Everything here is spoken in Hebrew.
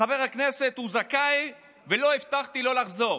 חבר הכנסת "הוא זכאי" ו"לא הבטחתי לא לחזור".